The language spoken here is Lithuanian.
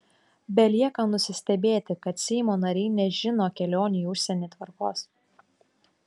belieka nusistebėti kad seimo nariai nežino kelionių į užsienį tvarkos